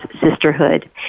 Sisterhood